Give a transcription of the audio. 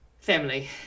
family